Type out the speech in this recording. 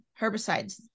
herbicides